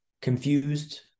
confused